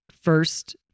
first